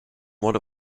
what